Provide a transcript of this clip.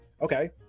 okay